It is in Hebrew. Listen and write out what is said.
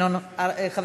מוותר.